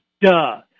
duh